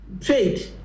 trade